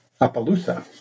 appaloosa